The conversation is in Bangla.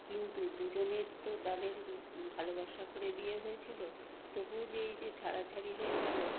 কিন্তু দুজনের তো তাদের ভালোবাসা করে বিয়ে হয়েছিলো তবুও যে এই যে ছাড়া ছাড়ি হয়ে গেলো